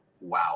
wow